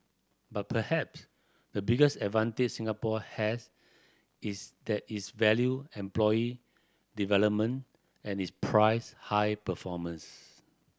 but perhaps the biggest advantage Singapore has is that is value employee development and it prize high performance